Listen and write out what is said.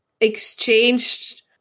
exchanged